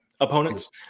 opponents